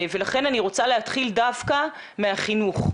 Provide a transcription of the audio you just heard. לכן אני רוצה להתחיל דווקא מהחינוך.